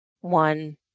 one